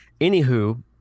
Anywho